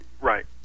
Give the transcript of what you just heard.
Right